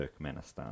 Turkmenistan